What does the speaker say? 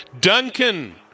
Duncan